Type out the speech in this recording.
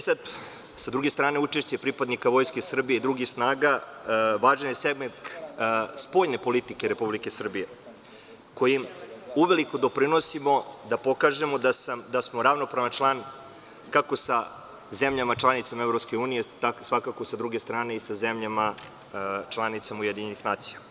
Sa druge strane, učešće pripadnika Vojske Srbije i drugih snaga, važan je segment spoljne politike Republike Srbije, kojim uveliko doprinosimo da pokažemo da smo ravnopravni član, kako sa zemljama članica EU, tako i sa druge strane, sa zemljama članicama UN.